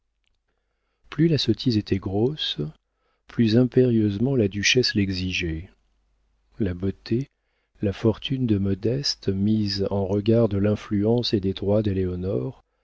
plus la sottise était grosse plus impérieusement la duchesse l'exigeait la beauté la fortune de modeste mises en regard de l'influence et des droits d'éléonore